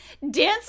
dancing